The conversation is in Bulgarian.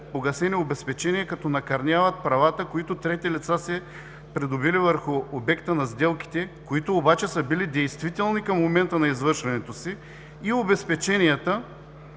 погасени обезпечения, като накърняват правата, които трети лица са придобили върху обекта на сделките, които обаче са били действителни към момента на извършването си, и обезпеченията.